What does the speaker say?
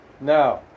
Now